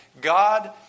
God